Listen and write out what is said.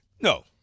No